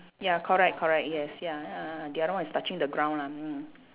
ya correct correct yes ya uh the another is touching the ground lah mm